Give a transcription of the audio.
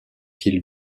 qui